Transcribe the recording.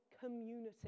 community